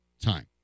time